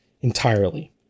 entirely